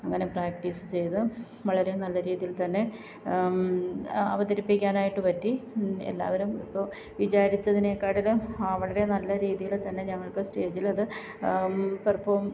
അങ്ങനെ പ്രാക്റ്റീസ് ചെയ്ത് വളരെ നല്ല രീതിയിൽ തന്നെ അവതരിപ്പിക്കാനായിട്ട് പറ്റി എല്ലാവരും ഇപ്പോൾ വിചാരിച്ചതിനെ കാട്ടിലും വളരെ നല്ല രീതിയിൽ തന്നെ ഞങ്ങൾക്ക് സ്റ്റേജിലത് പേർഫോം